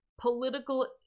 political